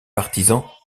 partisans